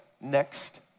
next